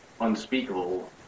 unspeakable